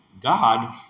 God